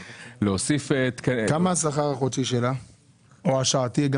כמה השכר החודשי שלה או השעתי?